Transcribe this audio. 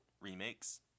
remakes